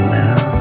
now